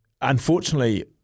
unfortunately